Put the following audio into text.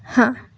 हां